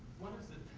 one is that,